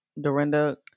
Dorinda